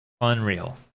Unreal